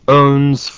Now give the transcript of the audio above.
owns